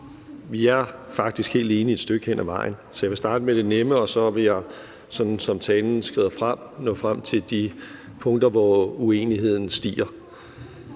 Vi er faktisk helt enige et stykke hen ad vejen, så jeg vil starte med det nemme, og så vil jeg, som talen skrider frem, nå frem til de punkter, hvor der er større